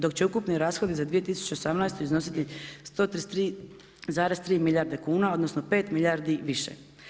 Dok će ukupni rashodi za 2018. iznositi 133,3 milijardi kuna odnosno 5 milijardi više.